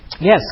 yes